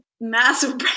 massive